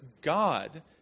God